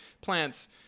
plants